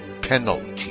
penalty